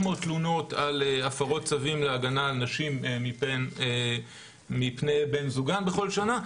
תלונות על הפרות צווים להגנה על נשים מפני בן זוגן בכל שנה,